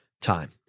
time